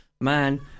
Man